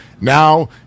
Now